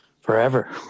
forever